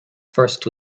first